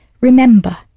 remember